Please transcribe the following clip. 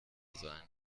sein